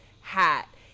hat